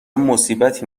مصیبتی